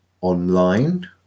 online